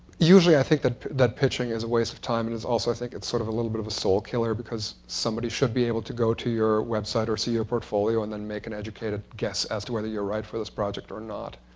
usually, i think that that pitching is a waste of time, and also, i think it is sort of a little bit of a soul killer, because somebody should be able to go to your website, or see your portfolio, and then make an educated guess as to whether you're right for this project or not.